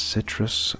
Citrus